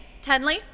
Tenley